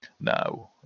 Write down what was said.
now